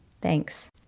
Thanks